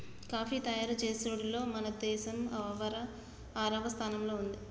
coffee తయారు చేసుడులో మన దేసం ఆరవ స్థానంలో ఉంది